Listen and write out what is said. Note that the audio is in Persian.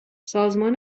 سازمان